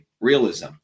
realism